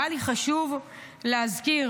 היה לי חשוב להזכיר